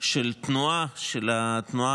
של התנועה